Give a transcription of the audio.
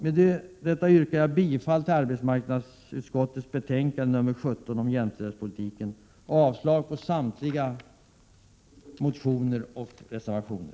Med detta yrkar jag bifall till arbetsmarknadsutskottets hemställan i betänkande 1987/88:17 om jämställdhetspolitiken och avslag på samtliga motioner och reservationer.